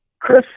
Chris